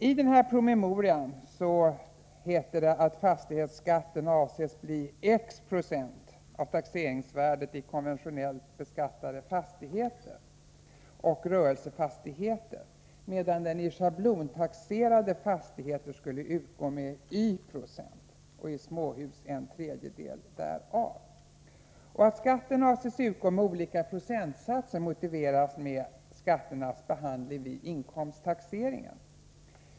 I den här promemorian heter det att fastighetsskatten avses bli X 90 av taxeringsvärdet i konventionellt beskattade fastigheter och rörelsefastigheter, medan den i schablontaxerade fastigheter skulle utgå med Y 96 och i småhus en tredjedel därav. Att skatten avses utgå med olika procentsatser motiveras med skatternas behandling vid inkomsttaxering.